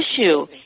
issue